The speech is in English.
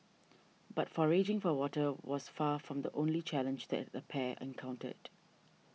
but foraging for water was far from the only challenge that the pair encountered